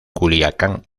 culiacán